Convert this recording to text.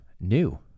new